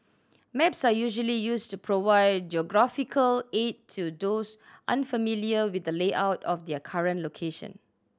maps are usually used to provide geographical aid to those unfamiliar with the layout of their current location